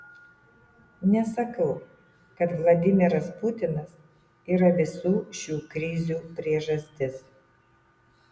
nesakau kad vladimiras putinas yra visų šių krizių priežastis